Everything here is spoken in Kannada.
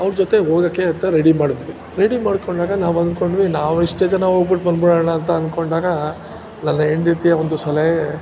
ಅವ್ರ ಜೊತೆಗೆ ಹೋಗೋಕ್ಕೆ ಅಂತ ರೆಡಿ ಮಾಡಿದ್ವಿ ರೆಡಿ ಮಾಡಿಕೊಂಡಾಗ ನಾವು ಅನ್ಕೊಂಡ್ವಿ ನಾವು ಇಷ್ಟೇ ಜನ ಹೋಗ್ಬಿಟ್ ಬಂದ್ಬಿಡೋಣ ಅಂತ ಅನ್ಕೊಂಡಾಗ ನನ್ನ ಹೆಂಡತಿಯ ಒಂದು ಸಲಹೆ